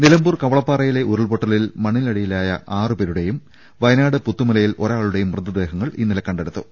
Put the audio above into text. നിലമ്പൂർ കവളപ്പാറയിലെ ഉരുൾപ്പൊട്ടലിൽ മണ്ണിന ടിയിലായ ആറുപേരുടെയും വയനാട് പുത്തുമലയിൽ ഒരാളുടെയും മൃതദേഹങ്ങൾ ഇന്നലെ കണ്ടെടുത്തു